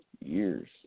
years